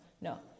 No